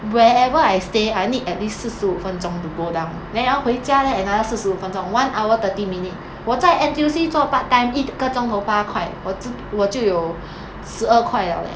wherever I stay I need at least 四十五分钟 to go down then 还要回家 leh another 四十五分钟 one hour thirty minutes 我在 N_T_U_C 做 part time 一个钟头八块我就我就有十二块 liao leh